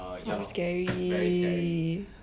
that was scary